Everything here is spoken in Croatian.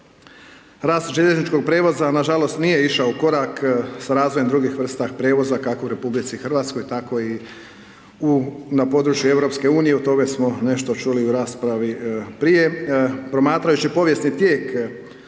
Rast željezničkog prijevoza nažalost nije išao korak sa razvojem drugih vrsta prijevoza kako u RH tako i na području EU o tome smo nešto čuli i u raspravi prije. Promatrajući povijesni tijek